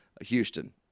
Houston